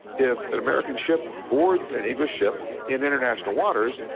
if an american ship boards an english ship in international waters,